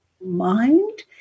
mind